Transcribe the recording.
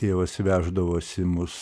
tėvas veždavosi mus